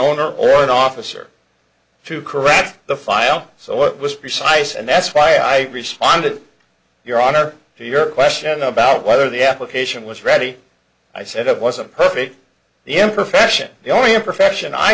owner or an officer to correct the file so what was precise and that's why i responded your honor to your question about whether the application was ready i said it wasn't perfect the imperfection you or your profession i